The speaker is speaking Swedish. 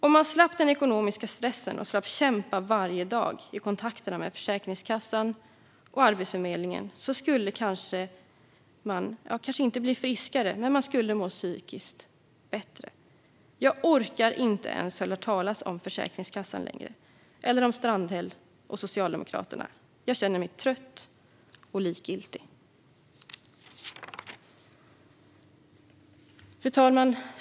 Om man slapp den ekonomiska stressen och slapp kämpa varje dag i kontakterna med Försäkringskassan och Arbetsförmedlingen skulle man kanske inte bli friskare, men man skulle må psykiskt bättre. Jag orkar inte ens höra talas om Försäkringskassan längre, eller om Strandhäll och Socialdemokraterna. Jag känner mig trött och likgiltig. Fru talman!